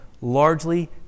largely